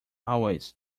always